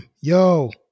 yo